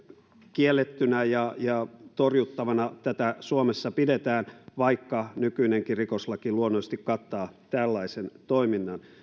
kiellettynä ja ja torjuttavana tätä suomessa pidetään vaikka nykyinenkin rikoslaki luonnollisesti kattaa tällaisen toiminnan